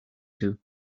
too